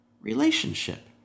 relationship